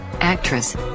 actress